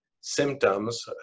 symptoms